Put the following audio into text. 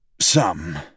Some